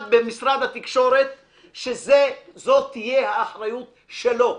במשרד התקשורת שזו תהיה האחריות שלו.